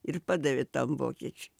ir padavė tam vokiečiui